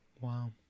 Wow